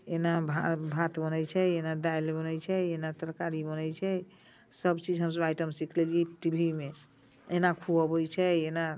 एना भात भात बनैत छै एना दालि बनैत छै एना तरकारी बनैत छै सभचीज हम सभ आइटम सीख लेलियै टी वी मे एना खुअबैत छै एना